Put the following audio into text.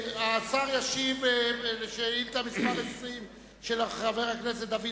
השר ישיב על שאילתא מס' 20 של חבר הכנסת דוד